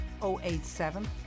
087